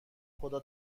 خدا